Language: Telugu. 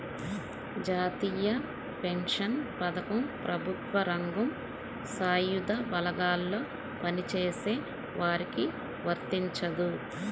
జాతీయ పెన్షన్ పథకం ప్రభుత్వ రంగం, సాయుధ బలగాల్లో పనిచేసే వారికి వర్తించదు